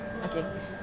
okay